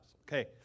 Okay